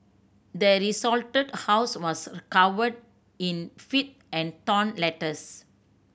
the desolated house was covered in filth and torn letters